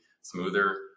smoother